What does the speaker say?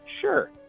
Sure